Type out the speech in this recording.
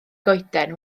goeden